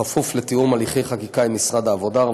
וכפוף לתיאום הליכי החקיקה עם משרד העבודה,